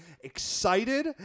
excited